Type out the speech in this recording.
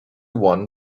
won